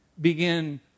begin